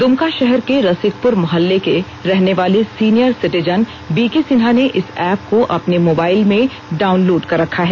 द्रमका शहर के रसिकप्र मोहल्ले के रहने वाले सीनियर सिटिजन बीके सिन्हा ने इस ऐप को अपने मोबाइल में डाउनलोड कर रखा है